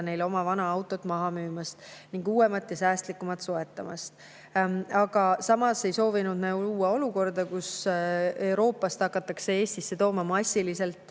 neil oma vana autot maha müümast ning uuemat ja säästlikumat soetamast. Aga samas ei soovinud me luua olukorda, kus Euroopast hakatakse Eestisse massiliselt